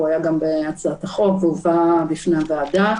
הוא היה גם בהצעת החוק והובא בפני הוועדה,